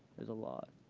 there's a lot.